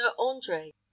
Andre